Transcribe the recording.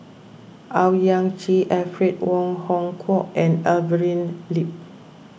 Owyang Chi Alfred Wong Hong Kwok and Evelyn Lip